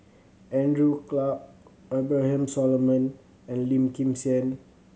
Andrew Clarke Abraham Solomon and Lim Kim San